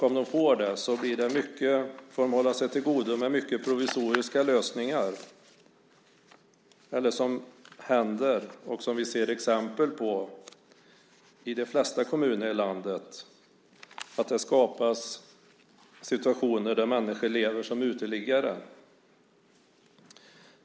Om de får någon hjälp så får de hålla tillgodo med mycket provisoriska lösningar eller, vilket händer och är något vi ser exempel på i de flesta kommuner i landet, skapas situationer där människor lever som uteliggare.